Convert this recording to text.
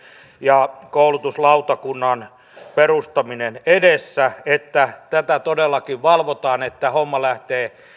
ja koulutuslautakunnan perustaminen edessä toivon että todellakin valvotaan sitä että homma lähtee